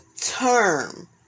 term